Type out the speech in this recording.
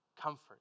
comfort